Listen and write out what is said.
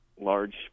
large